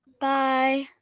Bye